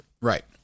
right